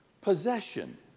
possession